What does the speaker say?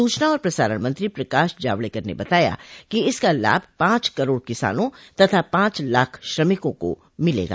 सूचना और प्रसारण मंत्री प्रकाश जावडेकर ने बताया कि इसका लाभ पांच करोड़ किसानों तथा पांच लाख श्रमिकों को मिलेगा